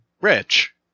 rich